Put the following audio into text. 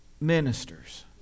ministers